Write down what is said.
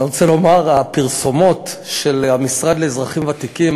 אני רוצה לומר שהפרסומות של המשרד לאזרחים ותיקים,